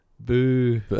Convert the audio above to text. Boo